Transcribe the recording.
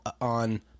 on